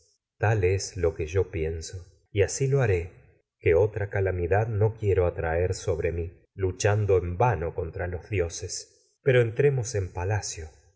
tal es lo que yo pienso y asi lo haré que otx a en calamidad contra no quiero atraer pero y sobre mi luchando vaho los dioses entremos en palacio